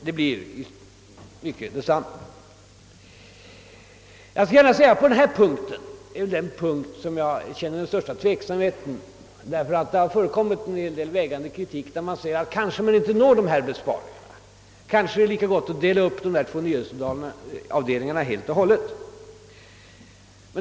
Jag skall gärna medge att detta är den punkt i förslaget som jag känner den största tveksamheten inför; det har nämligen framförts en hel del vägande kritik mot detta system, bl.a. har det sagts att man kanske ändå inte kommer att kunna göra de beräknade inbesparingarna och att det kanske därför är lika gott att helt dela på de olika kanalernas nyhetsavdelningar.